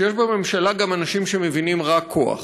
שיש בממשלה גם אנשים שמבינים רק כוח.